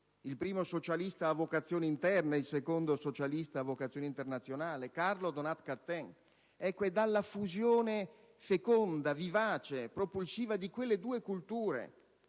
il primo socialista a vocazione interna e il secondo socialista a vocazione internazionale - e Carlo Donat-Cattin. È dalla fusione feconda, vivace e propulsiva di quelle due culture,